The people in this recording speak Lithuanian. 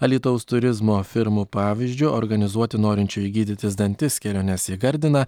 alytaus turizmo firmų pavyzdžiu organizuoti norinčių gydytis dantis keliones į gardiną